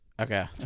Okay